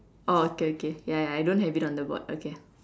orh okay okay ya ya I don't have it on the board okay